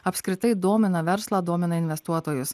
apskritai domina verslą domina investuotojus